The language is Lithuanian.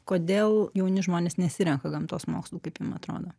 kodėl jauni žmonės nesirenka gamtos mokslų kaip jum atrodo